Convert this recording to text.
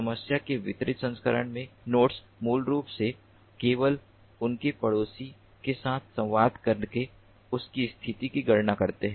समस्या के वितरित संस्करण में नोड्स मूल रूप से केवल उनके पड़ोसियों के साथ संवाद करके उनकी स्थिति की गणना करते हैं